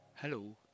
Hello